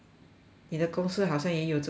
你的公司好像也有这个服务